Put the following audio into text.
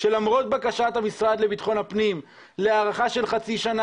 שלמרות בקשת המשרד לביטחון הפנים להארכה של חצי שנה,